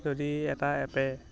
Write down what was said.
যদি এটা এপে